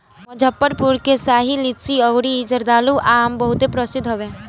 मुजफ्फरपुर के शाही लीची अउरी जर्दालू आम बहुते प्रसिद्ध हवे